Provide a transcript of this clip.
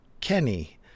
Kenny